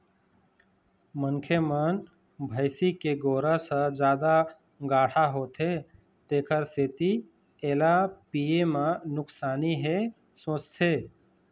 मनखे मन भइसी के गोरस ह जादा गाड़हा होथे तेखर सेती एला पीए म नुकसानी हे सोचथे